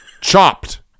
chopped